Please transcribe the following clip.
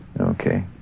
Okay